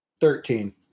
Thirteen